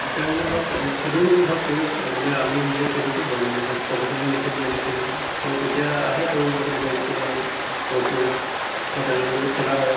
তেতিয়া মানে ধৰক সিহেঁতেও মানে ধৰক তেনেকৈ মানে আমি নিজে খেলোটো ধৰক এনেই ধৰক প্ৰফেচনেলি নেখেলিলেও এনেই খেলি দিওঁ চ' তেতিয়া আহে সৰু ল'ৰা ছোৱালী বা স্কুলৰে গহপুৰৰে তেওঁলোকৰ লগত খেলা হয় আৰু